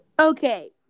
Okay